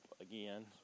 again